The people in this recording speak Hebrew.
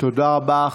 תודה רבה.